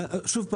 שוב,